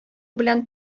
белән